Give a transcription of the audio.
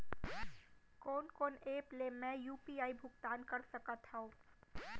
कोन कोन एप ले मैं यू.पी.आई भुगतान कर सकत हओं?